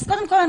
קודם כול,